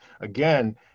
again